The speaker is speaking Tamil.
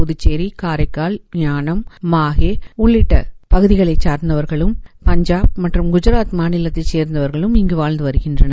புதுச்சேரி காரைக்கால் ஏனாம் மாஹே உள்ளிட்ட பகுதிகளை சார்ந்தவர்களும் பஞ்சாப் மற்றம் குஜாத் மாநிலத்தை சேர்ந்தவர்களும் இங்கு வாழ்ந்து வருகின்றனர்